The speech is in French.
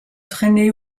traînées